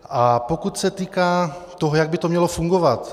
A pokud se týká toho, jak by to mělo fungovat.